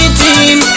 team